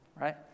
right